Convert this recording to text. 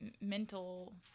mental